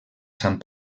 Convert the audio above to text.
sant